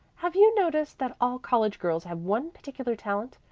have you noticed that all college girls have one particular talent?